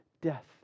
death